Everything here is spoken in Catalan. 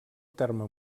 terme